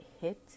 hit